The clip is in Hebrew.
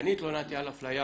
כשאני התלוננתי על אפליה,